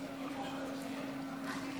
אחמד טיבי.